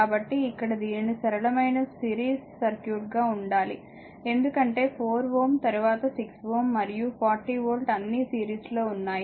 కాబట్టి ఇక్కడ దీనిని సరళమైన సిరీస్ సర్క్యూట్ గా ఉండాలి ఎందుకంటే 4 Ω తరువాత 6 Ω మరియు 40 వోల్ట్ అన్నీ సిరీస్లో ఉన్నాయి